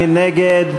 מי נגד?